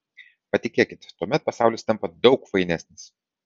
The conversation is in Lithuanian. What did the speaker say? patikėkit tuomet pasaulis tampa daug fainesnis